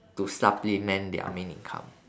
to supplement their main income